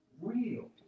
real